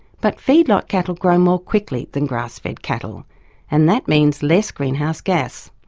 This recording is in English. but feedlot cattle grow more quickly than grass-fed cattle and that means less greenhouse gas.